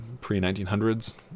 pre-1900s